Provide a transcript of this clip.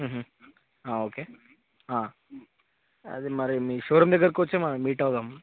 okay అది మరి మీ షోరూం దగ్గరకి వచ్చే మీట్ అవుదాము